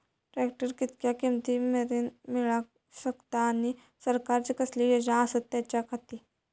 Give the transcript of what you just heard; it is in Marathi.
ट्रॅक्टर कितक्या किमती मरेन मेळाक शकता आनी सरकारचे कसले योजना आसत त्याच्याखाती?